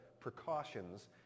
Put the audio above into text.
precautions